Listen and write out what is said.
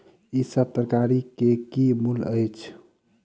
ई सभ तरकारी के की मूल्य अछि?